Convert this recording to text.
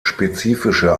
spezifische